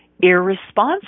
irresponsible